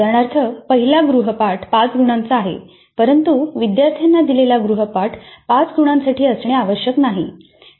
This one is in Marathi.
उदाहरणार्थ पहिला गृहपाठ पाच गुणांचा आहे परंतु विद्यार्थ्यांना दिलेला गृहपाठ 5 गुणांसाठी असणे आवश्यक नाही